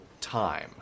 time